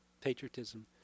patriotism